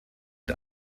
mit